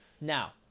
Now